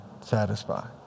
satisfy